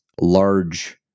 large